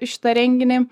šitą renginį